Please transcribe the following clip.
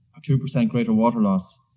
a two percent greater water loss.